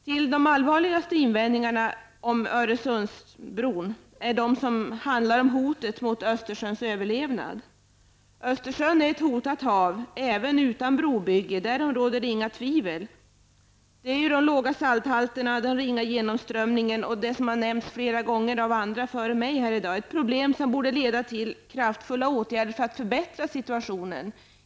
Till de allvarligaste invändningarna mot Öresundsbron hör de som handlar om hotet mot Östersjöns överlevnad. Östersjön är ett hotat hav även utan ett brobygge. Därom råder det inga tvivel. De låga salthalterna och den ringa genomströmningen, som nämnts av flera talare före mig, är problem som borde leda till kraftfulla åtgärder för att förbättra situationen.